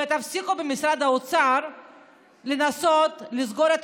ותפסיקו במשרד האוצר לנסות לסגור את